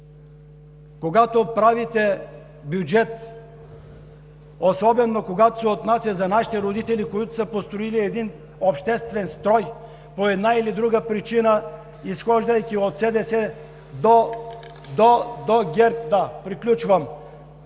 когато правите бюджет, особено когато се отнася за нашите родители, които са построили един обществен строй по една или друга причина, изхождайки от СДС до ГЕРБ… (Председателят